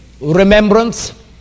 remembrance